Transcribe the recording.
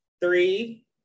Three